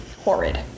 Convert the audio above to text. Horrid